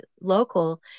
local